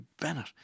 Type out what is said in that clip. Bennett